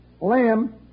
Lamb